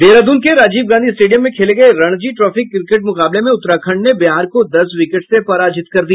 देहरादून के राजीव गांधी स्टेडियम में खेले गये रणजी ट्रॉफी क्रिकेट मुकाबले में उत्तराखण्ड ने बिहार को दस विकेट से पराजित कर दिया